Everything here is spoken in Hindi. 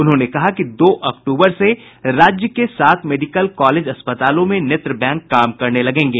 उन्होंने कहा कि दो अक्तूबर से राज्य के सात मेडिकल कॉलेज अस्पतालों में नेत्र बैंक काम करने लगेंगे